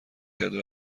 کرد